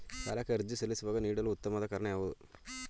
ಸಾಲಕ್ಕೆ ಅರ್ಜಿ ಸಲ್ಲಿಸುವಾಗ ನೀಡಲು ಉತ್ತಮ ಕಾರಣ ಯಾವುದು?